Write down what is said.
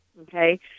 okay